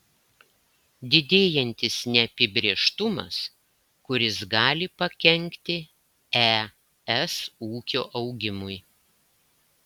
didėjantis neapibrėžtumas kuris gali pakenkti es ūkio augimui